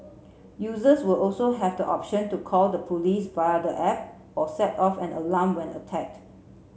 users will also have the option to call the police via the app or set off an alarm when attacked